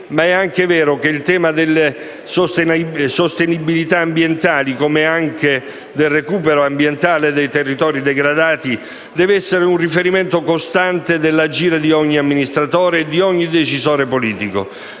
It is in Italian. ma è anche vero che il tema della sostenibilità ambientale, come anche del recupero ambientale dei territori degradati, deve essere un riferimento costante dell'agire di ogni amministratore e di ogni decisore politico,